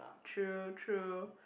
true true